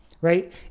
Right